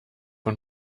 und